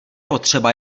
potřeba